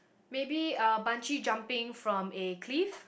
maybe uh bungee jumping from a cliff